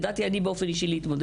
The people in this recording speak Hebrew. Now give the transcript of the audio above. אז ידעתי להתמודד באופן אישי.